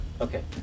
Okay